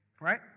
Right